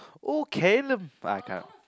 oh Callum uh I can't